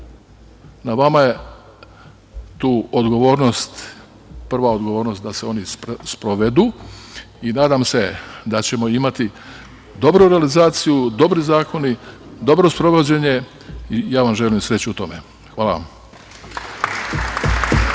Na vama je tu odgovornost, prva odgovornost da se oni sprovedu i nadam se da ćemo imati dobru realizaciju, dobre zakone, dobro sprovođenje i ja vam želim sreću u tome. Hvala vam. **Ivica